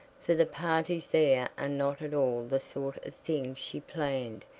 for the parties there are not at all the sort of thing she planned,